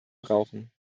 brauchen